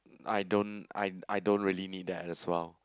I don't I I don't really need that as well